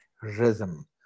rhythm